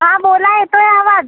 हा बोला येतोय आवाज